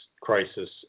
crisis